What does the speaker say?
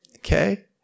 Okay